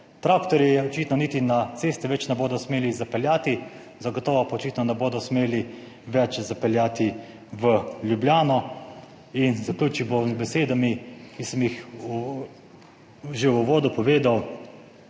Traktorji očitno niti na ceste več ne bodo smeli zapeljati. Zagotovo pa očitno ne bodo smeli več zapeljati v Ljubljano. In zaključil bom z besedami, ki sem jih že v uvodu povedal,